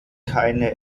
keine